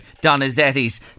Donizetti's